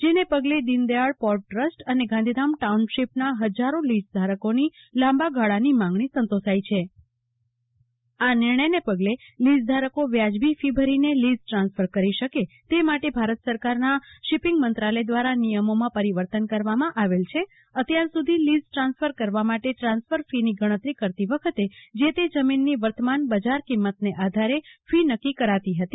જેને પગલે દિનદથાળ પોર્ટ અને ગાંધીધામ ટાઉનશીપના ફજારો લીઝ ધારકોને પગલે લાંબા ગાળાની માંગણી સંતોષસાઈ છે આ નિર્ણયને પંગલે લીઝ ધારકો વ્યાજબી ફી ભરીને લીઝ ટ્રાન્સફર કરી શકે તેમ માટે ભારત સરકારનાં શીપીંગ મંત્રાલય દ્વારા નિયમોમાં પરિવર્તન કરવામાં આવેલ છે અત્યાર સુધી લીઝ ટ્રાન્સફર કરવા માટે ટ્રાન્સફર ફીની ગણતરી કરતી વખતે જે તે જમીનની વર્તમાન બજાર કિમંતને આધારે ફી નક્કી કરાતી ફતી